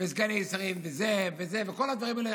וסגני שרים וזה וזה וכל הדברים האלה.